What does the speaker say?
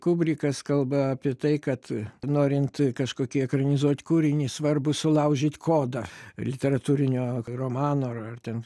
kubrikas kalba apie tai kad norint kažkokį ekranizuot kūrinį svarbu sulaužyt kodą literatūrinio romano ar ar ten